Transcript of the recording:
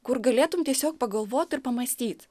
kur galėtum tiesiog pagalvoti ir pamąstyt